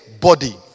body